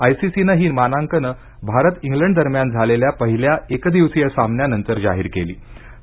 आयसीसीनं ही मानांकनं भारत इंग्लंड दरम्यान झालेल्या पहिल्या एक दिवसीय सामन्यानंतर जाहीर केली आहेत